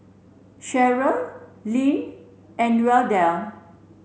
Sheryl Leanne and Wendell